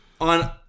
on